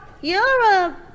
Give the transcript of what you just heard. Europe